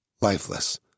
lifeless